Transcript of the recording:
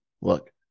look